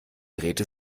drehte